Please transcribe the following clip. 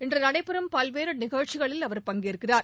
இன்று நடைபெறும் பல்வேறு நிகழ்ச்சிகளில் அவர் பங்கேற்கிறார்